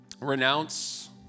renounce